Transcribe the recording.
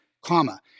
comma